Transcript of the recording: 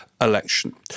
election